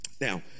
Now